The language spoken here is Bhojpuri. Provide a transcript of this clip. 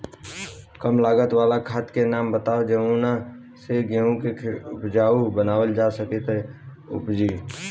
कम लागत वाला खाद के नाम बताई जवना से गेहूं के खेती उपजाऊ बनावल जा सके ती उपजा?